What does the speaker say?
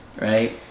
Right